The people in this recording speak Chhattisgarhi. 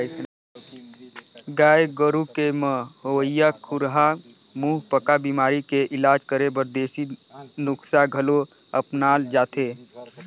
गाय गोरु के म होवइया खुरहा मुहंपका बेमारी के इलाज करे बर देसी नुक्सा घलो अपनाल जाथे